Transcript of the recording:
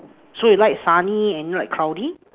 so you like sunny and you like cloudy